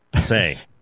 say